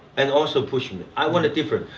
and also pushing it, i want it different.